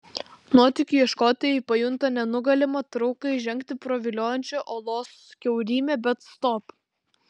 nuotykių ieškotojai pajunta nenugalimą trauką įžengti pro viliojančią olos kiaurymę bet stop